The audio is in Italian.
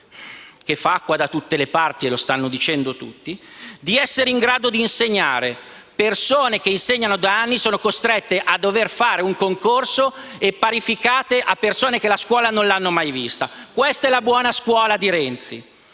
(che fa acqua da tutte le parti e lo stanno dicendo tutti), di essere in grado di insegnare. Persone che insegnano da anni sono costrette a dover fare un concorso e vengono parificate ad altre che la scuola non l'hanno mai vista. Questa è la buona scuola di Renzi.